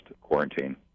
quarantine